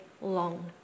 long